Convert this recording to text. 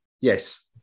Yes